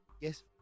Yes